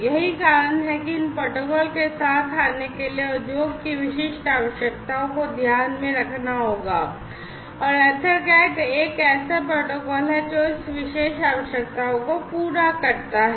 यही कारण है कि इन प्रोटोकॉल के साथ आने के लिए उद्योग की विशिष्ट आवश्यकताओं को ध्यान में रखना होगा और EtherCAT एक ऐसा प्रोटोकॉल है जो इस विशेष आवश्यकता को पूरा करता है